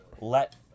Let